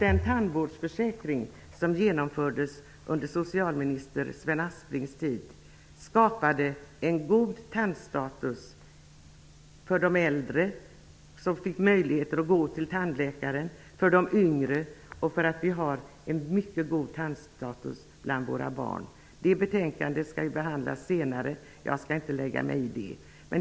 Den tandvårdsförsäkring som infördes under socialminister Sven Aspling hjälpte till att skapa en god tandstatus för de äldre, som fick möjligheter att gå till tandläkaren, och för de yngre. Vidare är tandstatusen mycket god bland våra barn. Det betänkandet skall behandlas senare, och jag skall inte lägga mig i det.